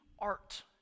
art